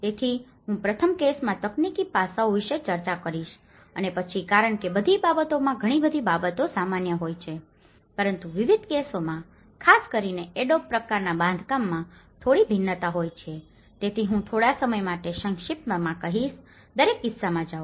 તેથી હું પ્રથમ કેસમાં તકનીકી પાસાઓ વિશે ચર્ચા કરીશ અને પછી કારણ કે બધી બાબતોમાં ઘણી બધી બાબતો સામાન્ય હોય છે પરંતુ વિવિધ કેસોમાં ખાસ કરીને એડોબ પ્રકારનાં બાંધકામમાં થોડી ભિન્નતા હોય છે તેથી હું થોડા સમય માટે સંક્ષિપ્તમાં કહીશ દરેક કિસ્સામાં જાઓ